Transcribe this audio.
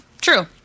true